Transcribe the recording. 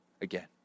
again